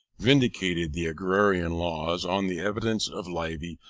vindicated the agrarian laws on the evidence of livy,